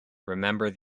remember